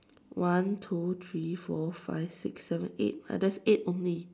one two three four five six seven eight ya there's eight only